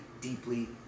deeply